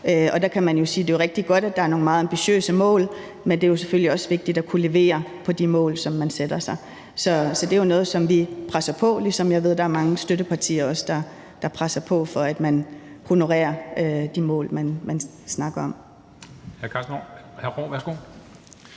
Og der kan man jo sige, at det er rigtig godt, at der er nogle meget ambitiøse mål, men det er selvfølgelig også vigtigt at kunne levere på de mål, som man sætter sig. Så det er jo noget, som vi presser på for, ligesom jeg ved, at mange støttepartier også presser på for, at man honorerer de mål, man snakker om.